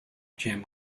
jim